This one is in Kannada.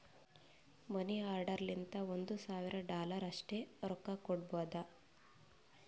ಮನಿ ಆರ್ಡರ್ ಲಿಂತ ಒಂದ್ ಸಾವಿರ ಡಾಲರ್ ಅಷ್ಟೇ ರೊಕ್ಕಾ ಕೊಡ್ಬೋದ